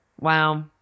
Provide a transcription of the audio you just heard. Wow